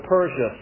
Persia